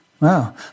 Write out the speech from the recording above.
Wow